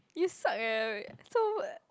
you suck eh so